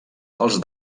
als